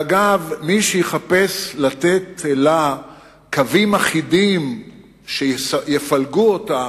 ואגב, מי שיחפש לתת לה קווים אחידים שיפלגו אותה